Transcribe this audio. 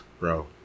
Bro